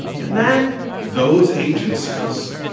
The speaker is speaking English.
and then. those agencies,